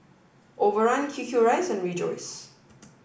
overrun QQ Rice and Rejoice